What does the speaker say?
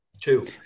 two